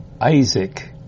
Isaac